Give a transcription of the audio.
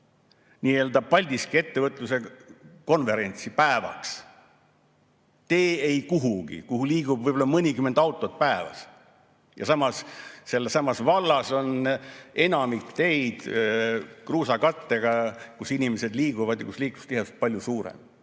Valminud Paldiski ettevõtluse konverentsi päevaks, tee ei kuhugi, kus liigub võib-olla mõnikümmend autot päevas. Samas on sealsamas vallas enamik teid kruusakattega, kus inimesed liiguvad ja kus liiklustihedus on palju suurem.